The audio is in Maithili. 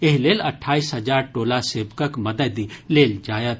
एहि लेल अठाईस हजार टोला सेवकक मददि लेल जायत